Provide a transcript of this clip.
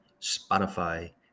spotify